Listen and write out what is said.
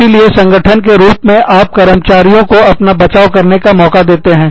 इसीलिए संगठन के रूप में आप कर्मचारियों को अपना बचाव करने का मौका देते हैं